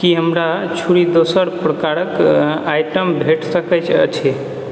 की हमरा छुरी दोसर प्रकारक आइटम भेट सकैत अछि